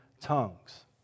tongues